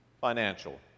financial